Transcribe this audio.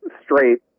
straight